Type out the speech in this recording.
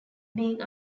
being